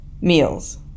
meals